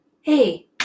hey